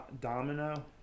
Domino